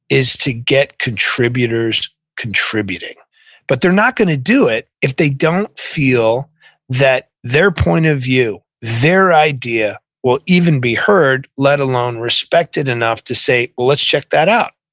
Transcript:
is to get contributors contributing but they're not going to do it if they don't feel that their point of view, their idea, will even be heard, let alone respected enough to say, let's check that out.